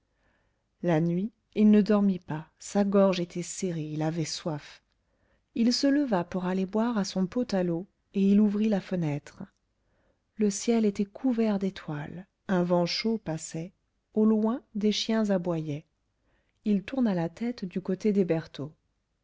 la nuit il ne dormit pas sa gorge était serrée il avait soif il se leva pour aller boire à son pot à l'eau et il ouvrit la fenêtre le ciel était couvert d'étoiles un vent chaud passait au loin des chiens aboyaient il tourna la tête du côté des bertaux